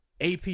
AP